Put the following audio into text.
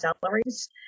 salaries